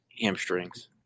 hamstrings